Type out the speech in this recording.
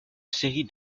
série